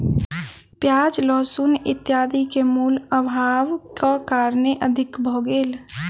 प्याज लहसुन इत्यादि के मूल्य, अभावक कारणेँ अधिक भ गेल